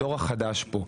הדור החדש פה,